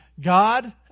God